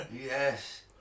Yes